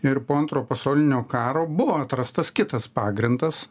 ir po antro pasaulinio karo buvo atrastas kitas pagrindas